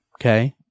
Okay